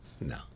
No